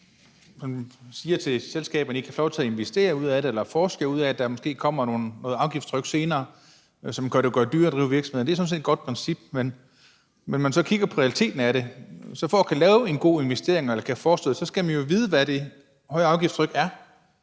man siger til selskaberne, at I kan få lov til at investere jer ud af det eller forske jer ud af det, og så kommer der måske noget afgiftstryk senere, som gør det dyrere at drive virksomhed. Det er sådan set et godt princip, men når man så kigger på realiteten i det, så for at kunne lave en god investering, når det bliver foreslået, skal man jo vide, hvad det høje afgiftstryk er.